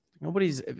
Nobody's –